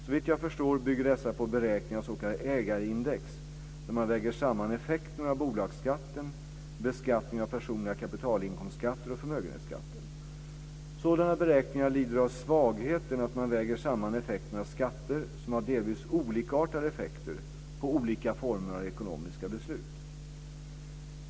Såvitt jag förstår bygger dessa på beräkningar av s.k. ägarindex där man väger samman effekterna av bolagsskatten, beskattningen av personliga kapitalinkomstskatter och förmögenhetsskatten. Sådana beräkningar lider av svagheten att man väger samman effekterna av skatter som har delvis olikartade effekter på olika former av ekonomiska beslut.